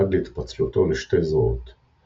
עד להתפצלותו לשתי זרועות –